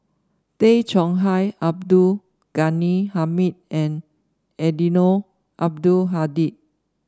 Tay Chong Hai Abdul Ghani Hamid and Eddino Abdul Hadi